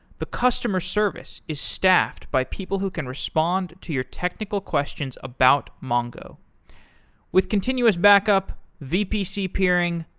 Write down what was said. the customer service is staffed by people who can respond to your technical questions about mongo with continuous backup, vpc peering,